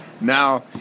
now